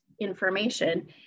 information